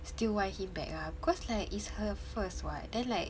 still wants him back ah cause like it's her first [what] then like